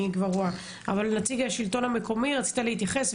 אני כבר רואה נציג השלטון האזורי רצית להתייחס.